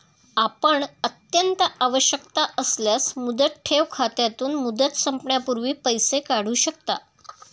आपण अत्यंत आवश्यकता असल्यास मुदत ठेव खात्यातून, मुदत संपण्यापूर्वी पैसे काढू शकता